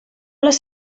les